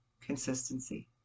Consistency